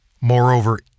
Moreover